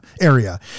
area